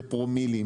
זה פרומילים.